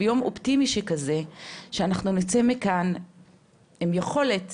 ביום אופטימי שכזה שאנחנו נצא מכאן עם יכולת